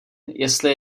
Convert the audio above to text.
jestli